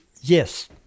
yes